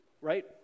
right